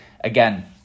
again